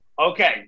Okay